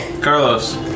Carlos